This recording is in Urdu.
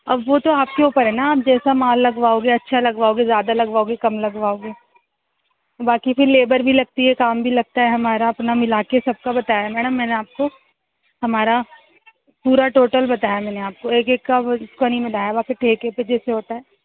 اب وہ تو آپ کے اوپر ہے نا آپ جیسا مال لگواؤ گے اچھا لگواؤ گے زیادہ لگواؤ گے کم لگواؤ گے باقی پھر لیبر بھی لگتی ہے کام بھی لگتا ہے ہمارا اپنا ملا کے سب کا بتایا میڈم میں نے آپ کو ہمارا پورا ٹوٹل بتایا میں آپ کو ایک ایک کا وہ اس کا نہیں بنایا باقی ٹھیکے پہ جیسے ہوتا ہے